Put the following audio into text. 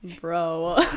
bro